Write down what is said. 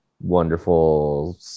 wonderful